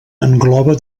engloba